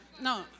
No